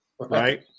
Right